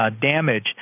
damage